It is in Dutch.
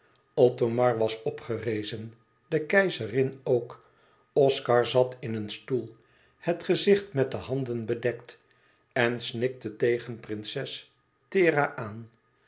othomar was opgerezen de keizerin ook oscar zat in een stoel het gezicht met de handen bedekt en snikte tegen prinses thera aan